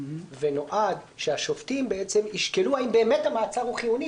ונועד שהשופטים בעצם ישקלו האם באמת המעצר הוא חיוני,